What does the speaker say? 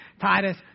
Titus